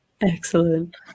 Excellent